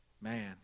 Man